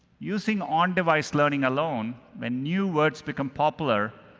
using on-device learning alone, when new words become popular,